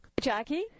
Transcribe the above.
Jackie